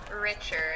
richard